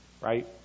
right